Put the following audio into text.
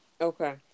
Okay